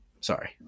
sorry